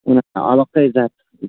अलग्गै जात